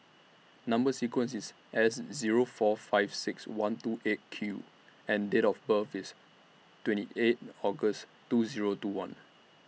Number sequence IS S Zero four five six one two eight Q and Date of birth IS twenty eight August two Zero two one